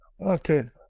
Okay